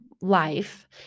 life